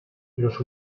los